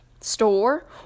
store